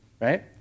right